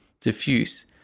Diffuse